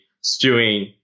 stewing